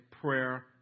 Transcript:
prayer